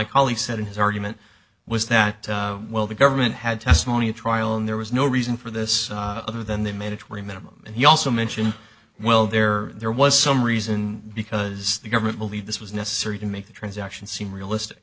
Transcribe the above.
colleague said in his argument was that well the government had testimony at trial and there was no reason for this other than the mandatory minimum and he also mentioned well there there was some reason because the government believed this was necessary to make the transaction seem realistic